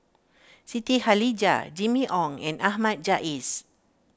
Siti Khalijah Jimmy Ong and Ahmad Jais